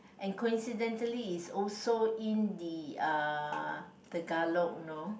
and coincidentally it's also in the uh Tagalog no